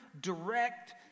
direct